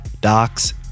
Docs